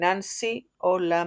פיננסי עולמי.